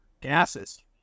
gases